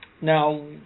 Now